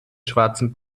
schwarzen